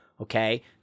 Okay